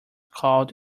called